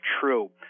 true